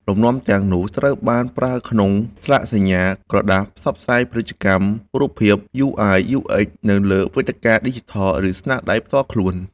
លំនាំទាំងនោះត្រូវបានប្រើក្នុងស្លាកសញ្ញា ក្រដាសផ្សាយពាណិជ្ជកម្ម រូបភាព UI UX នៅលើវេទិកាឌីជីថល ឬស្នាដៃផ្ទាល់ខ្លួន។